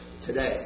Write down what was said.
today